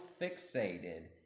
fixated